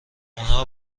اونا